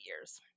years